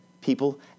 people